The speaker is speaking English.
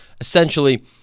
essentially